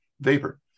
Vapor